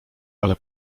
ale